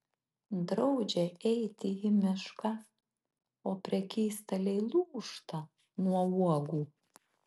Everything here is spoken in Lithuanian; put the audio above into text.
draudžia eiti į mišką o prekystaliai lūžta nuo uogų